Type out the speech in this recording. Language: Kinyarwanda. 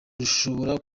rushobora